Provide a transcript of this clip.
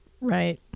Right